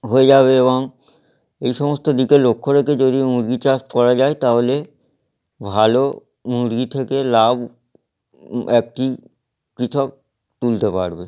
হয়ে যাবে এবং এই সমস্ত দিকে লক্ষ্য রেখে যদি মুরগি চাষ করা যায় তাহলে ভালো মুরগি থেকে লাভ আর কি কৃষক তুলতে পারবে